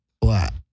Black